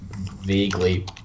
vaguely